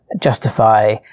justify